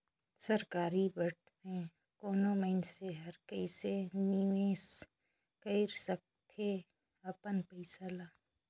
सरकारी बांड में कोनो मइनसे हर कइसे निवेश कइर सकथे अपन पइसा ल